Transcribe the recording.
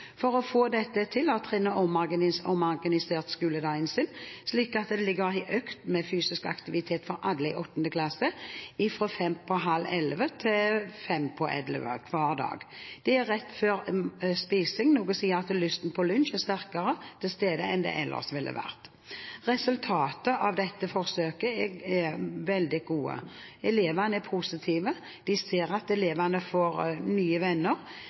For å få dette til har trinnet omorganisert skoledagen sin, slik at det ligger en økt med fysisk aktivitet for alle i 8. klasse fra kl. 10.25 til kl. 10.55 hver dag. Det er rett før spising, noe som gjør at lysten på lunsj er sterkere til stede enn den ellers ville vært. Resultatene av dette forsøket er veldig gode: Elevene er positive, en ser at elevene får nye venner,